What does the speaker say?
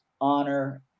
honor